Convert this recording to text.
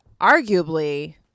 arguably